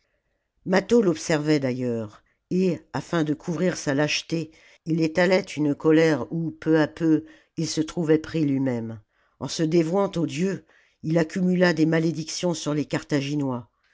mâtho l'observait d'ailleurs et afin de couvrir sa lâcheté il étalait une colère oij peu à peu il se trouvait pris lui-même en se dévouant aux dieux il accumula des malédictions sur les carthaginois